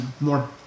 more